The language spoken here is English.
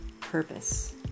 purpose